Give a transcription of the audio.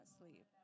sleep